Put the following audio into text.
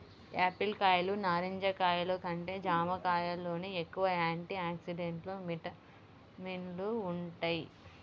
Apple కాయలు, నారింజ కాయలు కంటే జాంకాయల్లోనే ఎక్కువ యాంటీ ఆక్సిడెంట్లు, విటమిన్లు వుంటయ్